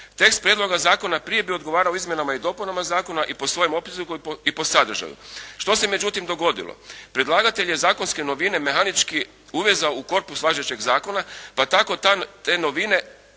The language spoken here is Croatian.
Tekst prijedloga zakona prije bi odgovarao izmjenama i dopunama zakona i po svojem opsegu i po sadržaju. Što se međutim dogodilo? Predlagatelj je zakonske novine mehanički uvezao u korpus važećeg zakona pa tako te novine